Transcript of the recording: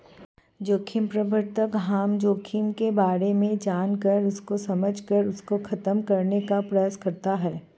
जोखिम प्रबंधन हम जोखिम के बारे में जानकर उसको समझकर उसको खत्म करने का प्रयास करते हैं